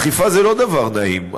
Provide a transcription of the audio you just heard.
אכיפה זה לא דבר נעים,